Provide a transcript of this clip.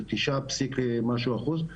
לתשעה פסיק משהו אחוז,